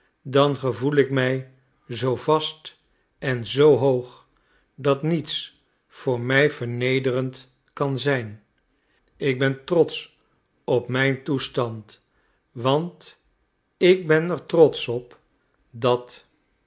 dan gevoel ik mij zoo vast en zoo hoog dat niets voor mij vernederend kan zijn ik ben trotsch op mijn toestand want ik ben er trotsch op dat